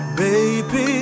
baby